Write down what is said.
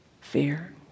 fear